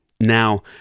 Now